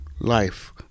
life